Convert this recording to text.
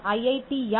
ac